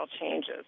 changes